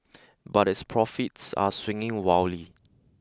but its profits are swinging wildly